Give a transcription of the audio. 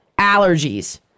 allergies